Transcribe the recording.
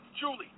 Julie